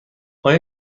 آیا